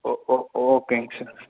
ஓ ஓ ஓகேங்க சார்